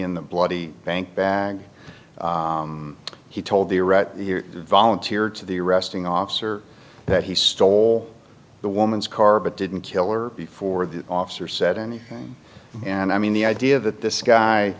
in the bloody bank bag he told the volunteer to the arresting officer that he stole the woman's car but didn't kill or before the officer said and and i mean the idea that this guy